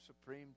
supreme